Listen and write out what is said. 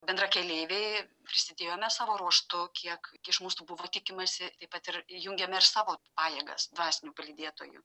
bendrakeleiviai prisidėjome savo ruoštu kiek iš mūsų buvo tikimasi taip pat ir įjungėm ir savo pajėgas dvasinių palydėtojų